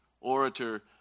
orator